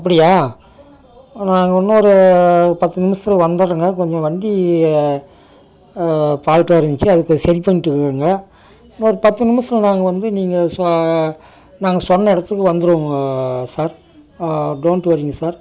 அப்படியா நாங்கள் இன்னொரு பத்து நிமிஷத்தில் வந்துறோங்க கொஞ்சம் வண்டி ஃபால்ட்டாக இருந்துச்சு அதுக்கு சரி பண்ணிவிட்டு இருக்கிறேங்க இன்னோரு பத்து நிமிஷத்தில் நாங்கள் வந்து நீங்கள் சொ நாங்கள் சொன்ன இடத்துக்கு வந்துவிடுவோம் சார் டோன்ட் வொரிங்க சார்